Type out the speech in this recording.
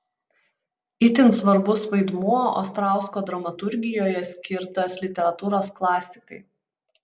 itin svarbus vaidmuo ostrausko dramaturgijoje skirtas literatūros klasikai